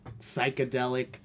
psychedelic